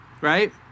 right